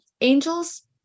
angels